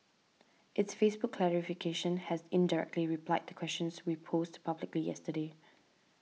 its Facebook clarification has indirectly replied the questions we posed publicly yesterday